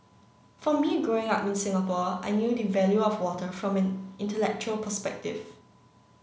for me growing up in Singapore I knew the value of water from an intellectual perspective